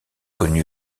connu